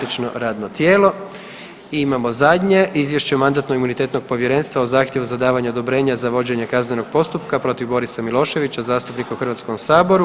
I imamo zadnje Izvješće mandatno-imunitetnog povjerenstva o zahtjevu za davanje odobrenja za vođenje kaznenog postupka protiv Borisa Miloševića, zastupnika u Hrvatskom saboru.